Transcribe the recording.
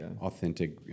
authentic